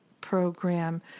program